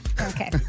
Okay